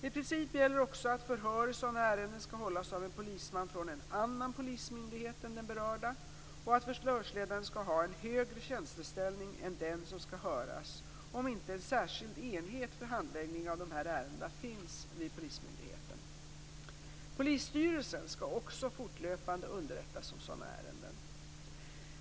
I princip gäller också att förhör i sådana ärenden skall hållas av en polisman från en annan polismyndighet än den berörda och att förhörsledaren skall ha en högre tjänsteställning än den som skall höras, om inte en särskild enhet för handläggning av dessa ärenden finns vid polismyndigheten. Polisstyrelsen skall också fortlöpande underrättas om sådana ärenden.